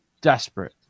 desperate